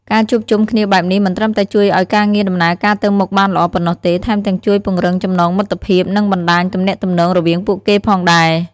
ការជួបជុំគ្នាបែបនេះមិនត្រឹមតែជួយឱ្យការងារដំណើរការទៅមុខបានល្អប៉ុណ្ណោះទេ ថែមទាំងជួយពង្រឹងចំណងមិត្តភាព និងបណ្ដាញទំនាក់ទំនងរវាងពួកគេផងដែរ។